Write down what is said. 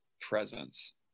presence